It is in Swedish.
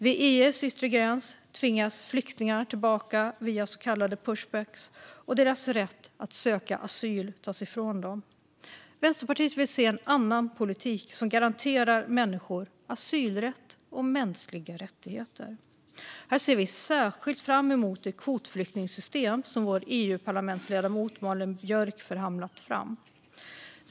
Vid EU:s yttre gräns tvingas flyktingar tillbaka via så kallade pushbacks, och deras rätt att söka asyl tas ifrån dem. Vänsterpartiet vill se en annan politik som garanterar människor asylrätt och mänskliga rättigheter. Här ser vi särskilt fram emot det kvotflyktingsystem som vår EU-parlamentsledamot Malin Björk förhandlat fram.